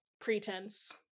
pretense